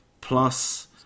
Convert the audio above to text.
plus